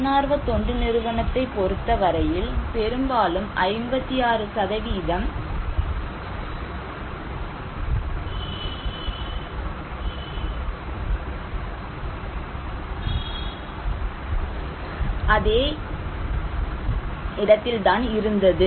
தன்னார்வ தொண்டு நிறுவனத்தைப் பொறுத்தவரையில் பெரும்பாலும் 56 அதே இடத்தில்தான் இருந்தது